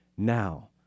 Now